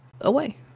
away